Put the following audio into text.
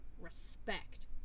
Respect